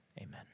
Amen